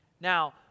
Now